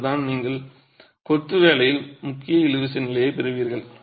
அங்குதான் நீங்கள் கொத்து வேலையில் முக்கிய இழுவிசை நிலையைப் பெறுவீர்கள்